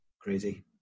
crazy